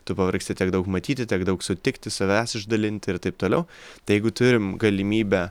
tu pavargsti tiek daug matyti tiek daug sutikti savęs išdalinti ir taip toliau tai jeigu turim galimybę